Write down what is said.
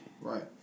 Right